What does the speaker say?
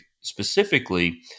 specifically